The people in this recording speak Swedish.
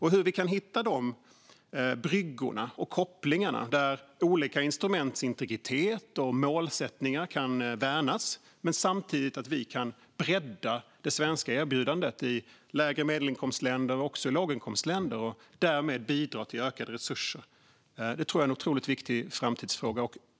Hur kan vi hitta dessa bryggor och kopplingar där olika instruments integritet och målsättningar kan värnas men samtidigt bredda det svenska erbjudandet i lägre medelinkomstländer och i låginkomstländer och därmed bidra till ökade resurser? Det tror jag är en otroligt viktig framtidsfråga.